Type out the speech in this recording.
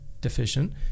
deficient